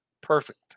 perfect